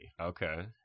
okay